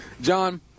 John